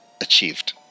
achieved